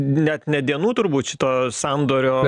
net ne dienų turbūt šito sandorio